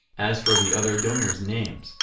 as for the other donors' names,